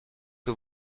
que